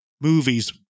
movies